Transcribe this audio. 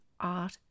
art